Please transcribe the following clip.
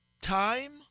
time